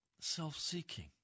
self-seeking